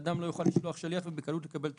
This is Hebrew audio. שאדם לא יוכל לשלוח שליח ובקלות לקבל תרופה.